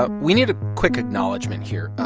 but we need a quick acknowledgement here.